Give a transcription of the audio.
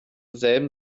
selben